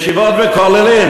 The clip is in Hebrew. ישיבות וכוללים,